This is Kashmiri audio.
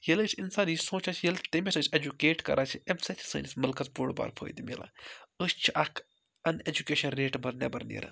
ییٚلہِ أسۍ اِنسان یہِ سونٛچان چھِ ییٚلہِ تٔمِس أسۍ اٮ۪جُکیٹ کَران چھِ اَمہِ سۭتۍ چھِ سٲنِس مُلکَس بوٚڑ بارٕ فٲیدٕ مِلان أسۍ چھِ اَکھ اَن ایٚجُکیشَن ریٹ نٮ۪بَر نیران